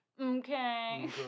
okay